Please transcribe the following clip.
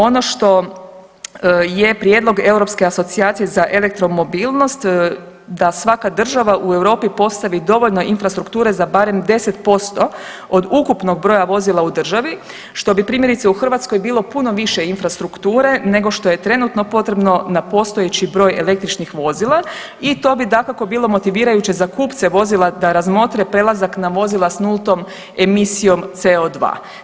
Ono što je prijedlog europske asocijacije za elektromobilnost da svaka država u Europi postavi dovoljno infrastrukture za barem 10% od ukupnog broja vozila u državi što bi primjerice u Hrvatskoj bilo puno više infrastrukture nego što je trenutno potrebno na postojeći broj električnih vozila i to bi dakako bilo motivirajuće za kupce vozila da razmotre prelazak na vozila s nultom emisijom CO2.